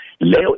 leo